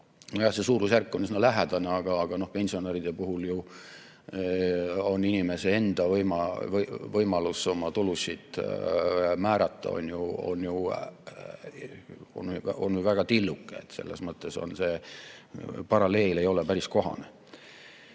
see suurusjärk üsna lähedane, aga pensionäride puhul on ju inimese enda võimalus oma tulusid määrata väga tilluke. Selles mõttes see paralleel ei ole päris kohane.